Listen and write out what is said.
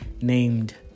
named